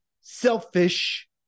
selfish